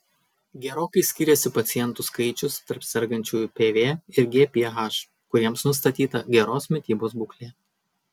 gerokai skyrėsi pacientų skaičius tarp sergančių pv ir gph kuriems nustatyta geros mitybos būklė